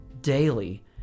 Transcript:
daily